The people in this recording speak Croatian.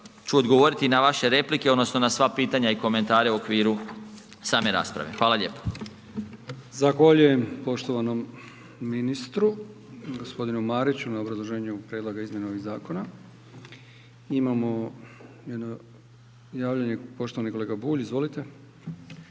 ću odgovoriti na vaše replike odnosno na sva pitanja i komentare u okviru same rasprave. Hvala lijepo. **Brkić, Milijan (HDZ)** Zahvaljujem poštovanom ministru g. Mariću na obrazloženju prijedloga izmjena ovih zakona. Imamo jedno javljanje, poštovani kolega Bulj, izvolite.